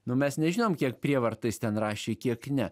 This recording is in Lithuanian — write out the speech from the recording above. nu mes nežinom kiek prievarta jis ten rašė kiek ne